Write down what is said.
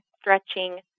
stretching